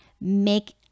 make